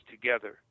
together